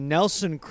Nelson